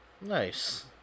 Nice